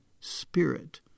spirit